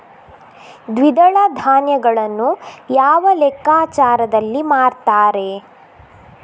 ದ್ವಿದಳ ಧಾನ್ಯಗಳನ್ನು ಯಾವ ಲೆಕ್ಕಾಚಾರದಲ್ಲಿ ಮಾರ್ತಾರೆ?